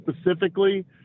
specifically